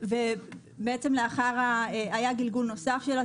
היה גלגול נוסף של עתירות,